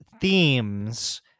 themes